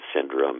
syndrome